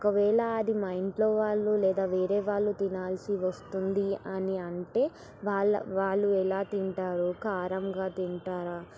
ఒకవేళ అది మా ఇంట్లో వాళ్ళు లేదా వేరే వాళ్ళు తినాల్సి వస్తుంది అని అంటే వాళ్ళు వాళ్ళు ఎలా తింటారు కారంగా తింటారా